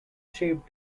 shaped